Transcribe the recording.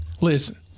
listen